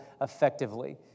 effectively